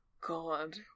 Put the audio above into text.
God